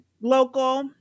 Local